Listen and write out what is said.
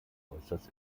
äußerst